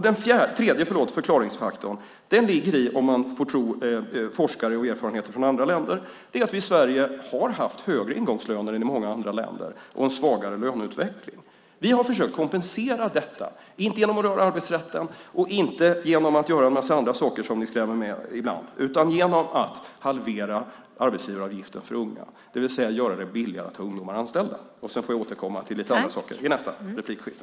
Den tredje förklaringsfaktorn ligger i, om man får tro forskare och erfarenheter från andra länder, att vi i Sverige har haft högre ingångslöner än i många andra länder och en svagare löneutveckling. Vi har försökt kompensera detta, inte genom att röra arbetsrätten och inte genom att göra en massa andra saker som ni skrämmer med ibland utan genom att halvera arbetsgivaravgiften för unga, det vill säga göra det billigare att ha ungdomar anställda. Jag får återkomma till lite andra saker i nästa anförande.